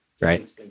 right